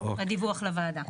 בדיווח לוועדה.